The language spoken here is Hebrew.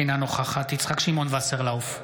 אינה נוכחת יצחק שמעון וסרלאוף,